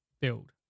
build